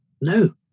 No